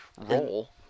role